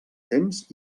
temps